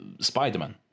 Spider-Man